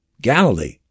Galilee